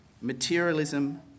Materialism